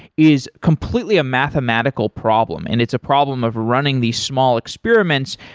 is completely a mathematical problem and it's a problem of running these small experiments.